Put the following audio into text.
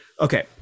okay